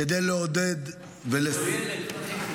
כדי לעודד --- בתור ילד זכיתי.